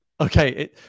Okay